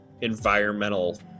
environmental